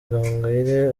gahongayire